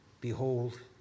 Behold